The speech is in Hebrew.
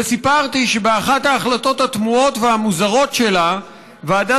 וסיפרתי שבאחת ההחלטות התמוהות והמוזרות שלה ועדת